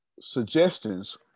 suggestions